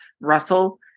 Russell